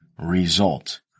result